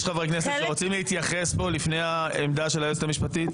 יש פה חברי כנסת שרוצים להתייחס לפני העמדה של היועצת המשפטית?